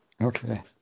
Okay